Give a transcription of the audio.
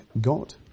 God